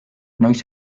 noiz